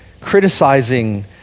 criticizing